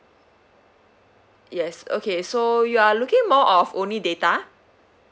yes okay so you are looking more of only data